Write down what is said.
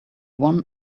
one